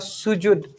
sujud